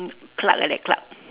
clerk like that clerk